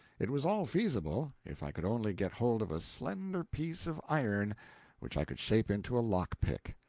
it was all feasible, if i could only get hold of a slender piece of iron which i could shape into a lock-pick.